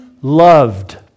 loved